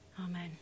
Amen